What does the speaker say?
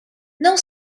não